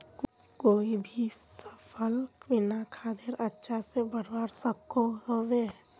कोई भी सफल बिना खादेर अच्छा से बढ़वार सकोहो होबे?